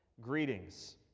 Greetings